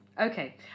Okay